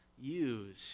Use